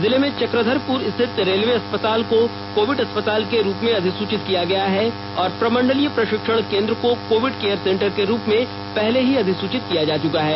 जिले में चक्रघरपूर स्थित रेलवे अस्पताल को कोविड अस्पताल के रूप में अधिसूचित किया गया है और प्रमंडलीय प्रशिक्षण केंद्र को कोविड केयर सेंटर के रूप में पहले ही अधिसूचित किया जा चुका है